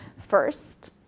First